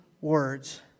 words